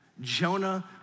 Jonah